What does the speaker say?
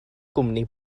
gwmni